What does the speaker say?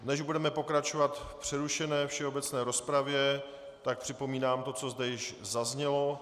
Než budeme pokračovat v přerušené všeobecné rozpravě, připomínám to, co zde již zaznělo.